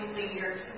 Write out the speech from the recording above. leaders